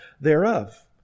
thereof